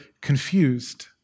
confused